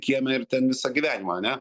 kieme ir ten visą gyvenimą ane